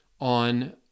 on